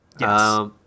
Yes